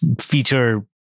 feature